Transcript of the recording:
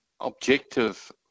objective